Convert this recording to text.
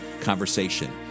conversation